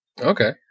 Okay